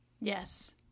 Yes